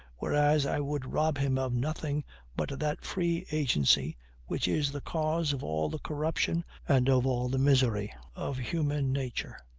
whereas i would rob him of nothing but that free agency which is the cause of all the corruption and of all the misery of human nature.